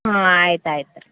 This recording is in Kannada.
ಹಾಂ ಆಯ್ತು ಆಯ್ತು ರೀ